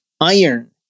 iron